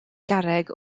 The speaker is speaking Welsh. garreg